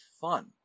fun